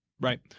right